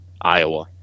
Iowa